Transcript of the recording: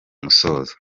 musozo